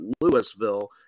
Louisville